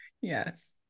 Yes